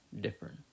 different